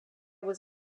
was